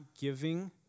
giving